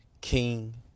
King